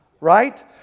right